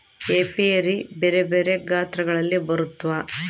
apiary ಬೆರೆ ಬೆರೆ ಗಾತ್ರಗಳಲ್ಲಿ ಬರುತ್ವ